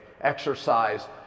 exercise